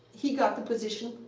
he got the position,